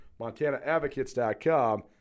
MontanaAdvocates.com